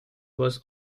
was